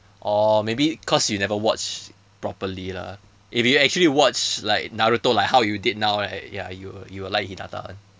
oh maybe cause you never watch properly lah if you actually watch like naruto like how you did now right ya you will you will like hinata [one]